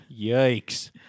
Yikes